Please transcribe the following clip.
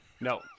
no